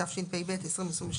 התשפ"ב-2022.